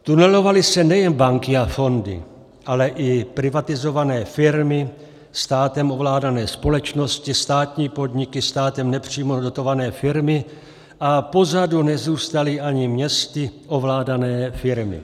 Tunelovaly se nejen banky a fondy, ale i privatizované firmy, státem ovládané společnosti, státní podniky, státem nepřímo dotované firmy a pozadu nezůstaly ani městy ovládané firmy.